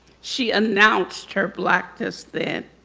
she announced her blackness then.